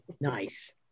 Nice